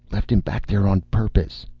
left him back there on purpose.